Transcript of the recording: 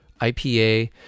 IPA